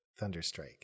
Thunderstrike